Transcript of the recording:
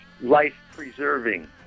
life-preserving